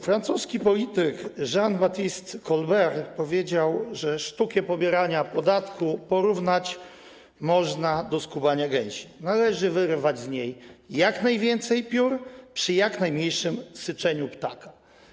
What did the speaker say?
Francuski polityk Jean-Baptiste Colbert powiedział, że sztukę pobierania podatku porównać można do skubania gęsi: należy wyrwać z niej jak najwięcej piór przy jak najmniejszym syczeniu ptaka.